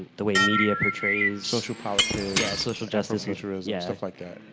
the way media portrays. social politics. yeah, social justice. futurism. yeah. stuff like that.